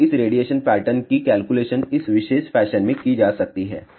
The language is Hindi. अब इस रेडिएशन पैटर्न की कैलकुलेशन इस विशेष फैशन में की जा सकती है